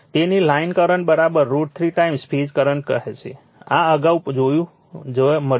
તેથી line current √ 3 time phase current હશે આ અગાઉ પણ જોવા મળ્યું છે